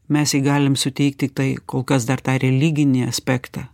mes jei galim suteikt tik tai kol kas dar tą religinį aspektą